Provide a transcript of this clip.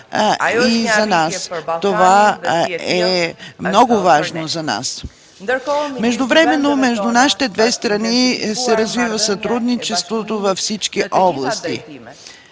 и за нас. Това е много важно за нас. Междувременно между нашите две страни се развива сътрудничеството във всички области.